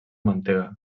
mantega